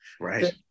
Right